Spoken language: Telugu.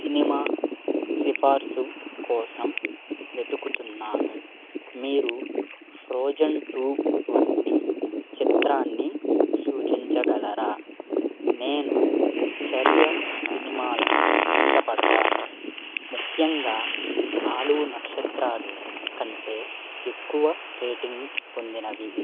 సినిమా సిఫార్సు కోసం వెతుకుతున్నాను మీరు ఫ్రోజెన్ టూ వంటి చిత్రాన్ని సూచించగలరా నేను చర్య సినిమాలను ఇష్టపడతాను ముఖ్యంగా నాలుగు నక్షత్రాలు కంటే ఎక్కువ రేటింగ్ పొందినవి